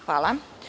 Hvala.